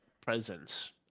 presence